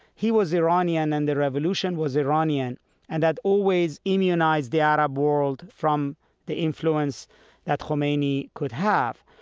he was iranian and the revolution was iranian and that always immunized the arab world from the influence that khomeini could have.